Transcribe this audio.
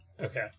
Okay